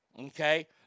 okay